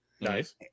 nice